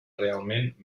realment